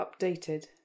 Updated